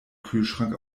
kühlschrank